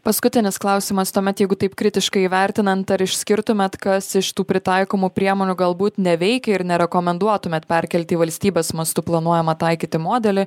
paskutinis klausimas tuomet jeigu taip kritiškai vertinant ar išskirtumėt kas iš tų pritaikomų priemonių galbūt neveikia ir nerekomenduotumėt perkelt į valstybės mastu planuojamą taikyti modelį